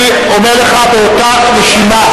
אני אומר לך, באותה נשימה